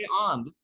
on